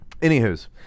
Anywho's